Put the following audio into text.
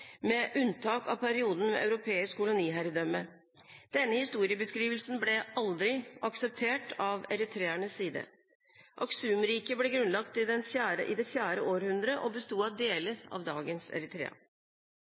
med unntak av perioden med europeisk koloniherredømme. Denne historiebeskrivelsen ble aldri akseptert av eritreernes side. Aksumriket ble grunnlagt i det fjerde århundret og besto av